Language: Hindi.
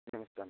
नमस्कार न